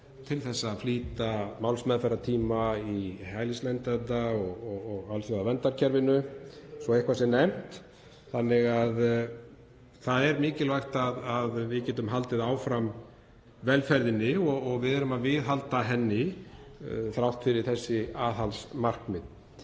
til þess að flýta málsmeðferðartíma í hælisleitenda- og alþjóðaverndarkerfinu, svo eitthvað sé nefnt. Það er mikilvægt að við getum haldið áfram velferðinni og við erum að viðhalda henni þrátt fyrir þessi aðhaldsmarkmið.